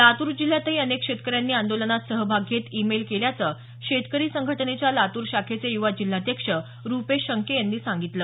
लातूर जिल्ह्यातही अनेक शेतकऱ्यांनी आंदोलनात सहभाग घेत ई मेल केल्याचं शेतकरी संघटनेच्या लातूर शाखेचे युवा जिल्हाध्यक्ष रुपेश शंके यांनी सांगितलं